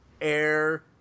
air